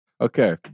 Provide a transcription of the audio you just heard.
Okay